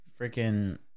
freaking